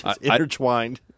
intertwined